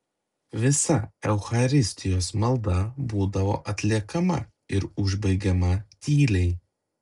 visa eucharistijos malda būdavo atliekama ir užbaigiama tyliai